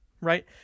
right